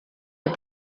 est